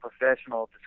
professional